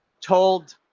told